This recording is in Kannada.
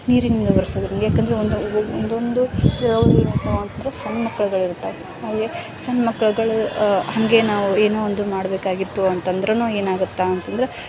ನೀರಿನಿಂದ ಒರ್ಸೋದರಿಂದ ಯಾಕಂದರೆ ಒಂದು ಒಬ್ ಒಂದೊಂದು ಇರೋವು ಏನಾಗ್ತವೆ ಅಂತಂದ್ರೆ ಸಣ್ಣ ಮಕ್ಳು ಬೇರೆ ಇರುತ್ತವೆ ಅಲ್ಲಿ ಸಣ್ಣ ಮಕ್ಳ್ಗಳು ಹಾಗೆ ನಾವು ಏನೋ ಒಂದು ಮಾಡಬೇಕಾಗಿತ್ತು ಅಂತಂದರೂನು ಏನಾಗುತ್ತೆ ಅಂತಂದ್ರೆ